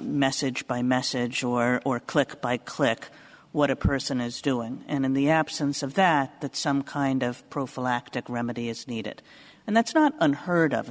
message by message or click by click what a person is doing and in the absence of that that some kind of prophylactic remedy is needed and that's not unheard of